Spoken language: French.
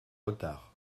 retard